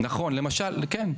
נכון, כן.